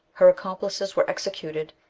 her accomplices were executed,